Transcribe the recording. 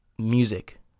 music